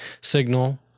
signal